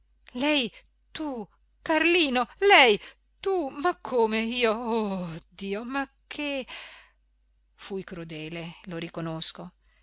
lei tu carlino lei tu ma come io oh dio ma che fui crudele lo riconosco